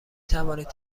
توانید